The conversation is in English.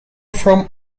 from